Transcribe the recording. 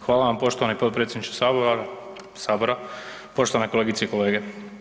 Hvala vam poštovani potpredsjedniče Sabora, poštovane kolegice i kolege.